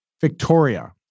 Victoria